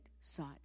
sought